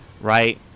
Right